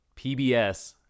PBS